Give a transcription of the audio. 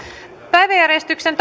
päiväjärjestyksen